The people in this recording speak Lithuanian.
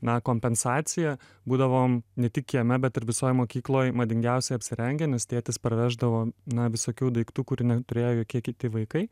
na kompensaciją būdavom ne tik kieme bet ir visoj mokykloj madingiausiai apsirengę nes tėtis parveždavo na visokių daiktų kurių neturėjo jokie kiti vaikai